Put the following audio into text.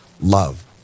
love